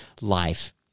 life